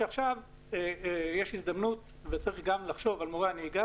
ויש זכות לראש העיר להגיד לא,